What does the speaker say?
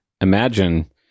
Imagine